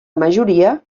majoria